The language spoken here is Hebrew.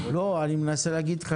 אני מנסה להגיד לך